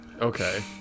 Okay